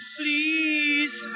please